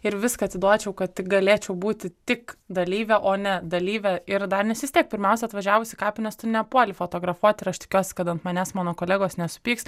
ir viską atiduočiau kad tik galėčiau būti tik dalyvė o ne dalyvė ir dar nes vis tiek pirmiausia atvažiavus į kapines tu nepuoli fotografuot ir aš tikiuosi kad ant manęs mano kolegos nesupyks